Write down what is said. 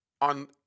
on –